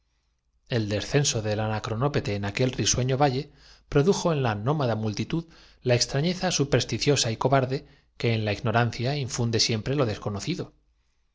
el descenso del anacronópete en aquel risueño valle produjo en la nómada multitud la extrañeza supersti ciosa y cobarde que en la ignorancia infunde siempre lo desconocido